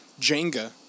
Jenga